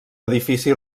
edifici